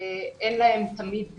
ואין להם תמיד מענה.